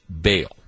bail